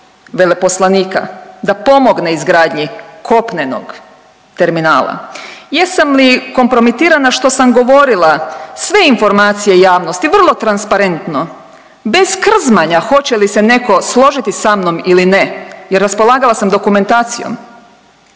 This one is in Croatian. veleposlanika da pomogne izgradnji kopnenog terminala, jesam li kompromitirana što sam govorila sve informacije javnosti vrlo transparentno bez krzmanja hoće li se neko složiti sa mnom ili ne i raspolagala sam dokumentacijom.